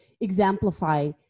exemplify